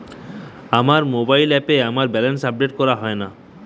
আমার মোবাইল অ্যাপে আমার ব্যালেন্স আপডেট করা হয় না